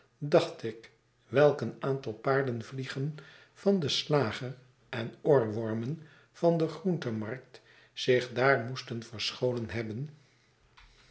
dacht ik welk een aantal paardenvliegen van den slager en oorwormen van de groenmarkt zich daar moesten verscholen hebben